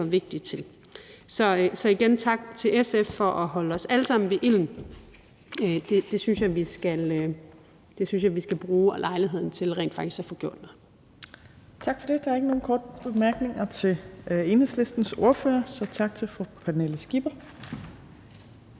vigtig til. Så igen tak til SF for at holde os alle sammen til ilden – det synes jeg vi skal bruge lejligheden til rent faktisk at få gjort. Kl. 18:52 Tredje næstformand (Trine Torp): Tak for det. Der er ikke nogen korte bemærkninger, så tak til Enhedslistens ordfører, fru Pernille Skipper.